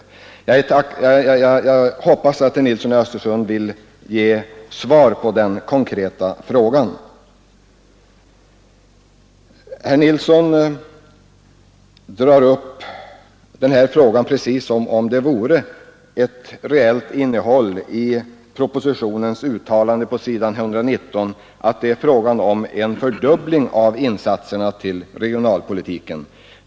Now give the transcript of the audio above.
Jag hoppas att herr Nilsson vill ge svar på denna konkreta fråga. Herr Nilsson i Östersund drar upp resursfrågan precis som om det vore ett reellt innehåll i propositionens uttalande på s. 119 om en fördubbling av insatserna för regionalpolitiken.